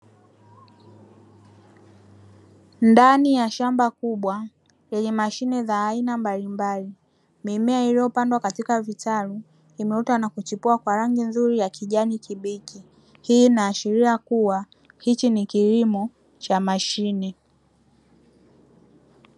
Ndani ya shamba kubwa yenye mashine ya aina mbalimbali mimea iliyopandwa vitalu imeota na kuchipua haraka kwa rangi nzuri ya kijani kibichi. Hii inaashiria kuwa hiki ji kilimo cha mashine.